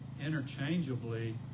interchangeably